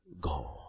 go